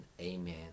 Amen